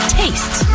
taste